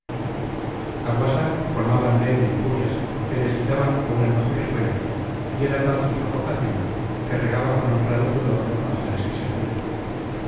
guasa colmábanle de injurias que le excitaban a un enojo risueño y era tal su sofocación que regaba con honrado sudor los manjares que servía